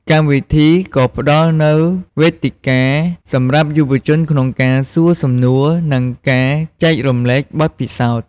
កម្មវិធីក៏ផ្ដល់នូវវេទិកាសម្រាប់យុវជនក្នុងការសួរសំណួរ និងការចែករំលែកបទពិសោធន៍។